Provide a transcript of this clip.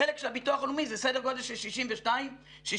החלק של הביטוח הלאומי זה סדר גודל של 63-62 שקלים.